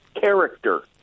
Character